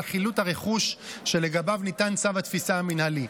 חילוט הרכוש שלגביו ניתן צו התפיסה המינהלי.